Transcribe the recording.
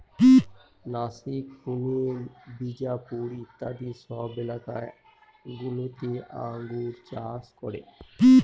নাসিক, পুনে, বিজাপুর ইত্যাদি সব এলাকা গুলোতে আঙ্গুর চাষ করে